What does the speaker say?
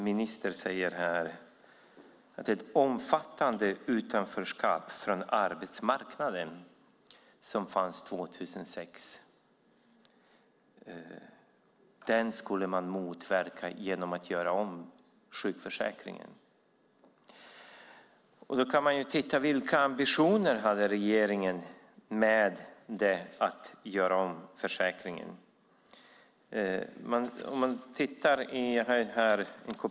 Ministern säger att det omfattande utanförskap från arbetsmarknaden som fanns 2006 skulle man motverka genom att göra om sjukförsäkringen. Vilka ambitioner hade regeringen med att göra om försäkringen?